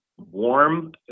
Warm